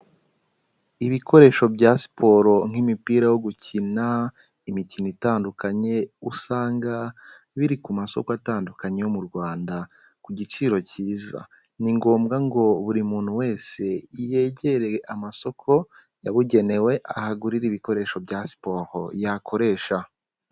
Ibikoresho bya siporo nk'imipira yo gukina, imikino itandukanye usanga biri ku masoko atandukanye yo mu Rwanda ku giciro cyiza. Ni ngombwa ngo buri muntu wese yegereye amasoko yabugenewe ahagurire ibikoresho bya siporo yakoresha.